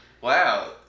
wow